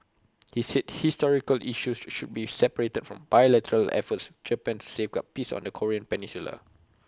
he said historical issues should be separated from bilateral efforts Japan to safeguard peace on the Korean peninsula